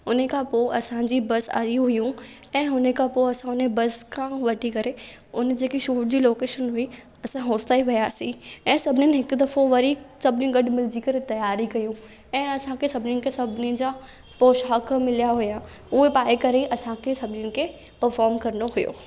उन खां पोइ असां जी बस आहियूं हुयूं ऐं हुन खां पोइ असां हुन बस खां वठी करे उन जेकी शूट जी लोकेशन हुई असां होसि ताईं विया ऐं सभिनीनि हिकु दफ़ो वरी सभिनीनि गॾु मिलजी करे तियारी कयूं ऐं असां खे सभिनीनि खे सभिनी जा पोशाक मिलिया हुया उहे पाए करे सभिनीनि खे असां खे सभिनीनि खे परफॉर्म करिणो हुयो